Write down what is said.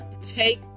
Take